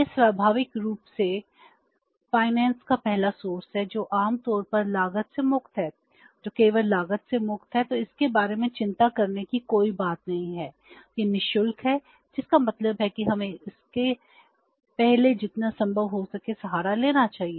यह स्वाभाविक रूप से वित्त के लिए जाना चाहिए